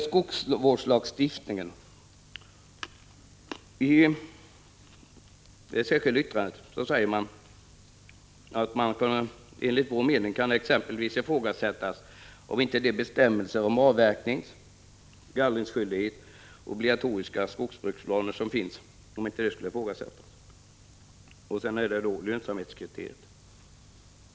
I det särskilda yttrandet beträffande skogsvårdslagstiftningen säger man: ”Enligt vår mening kan exempelvis ifrågasättas om inte de bestämmelser om avverkningsoch gallringsskyldighet och om obligatoriska skogsbruksplaner som infördes genom 1983 års riksdagsbeslut kunde vara i behov av en översyn.” Sedan är det då lönsamhetskriteriet.